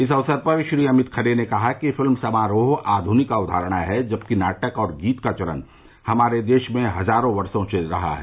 इस अवसर पर श्री अमित खरे ने कहा कि फिल्म समारोह आध्निक अक्धारणा है जबकि नाटक और गीत का चलन हमारे देश में हजारों वर्षो से रहा है